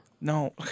No